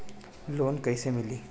Loan कइसे मिली?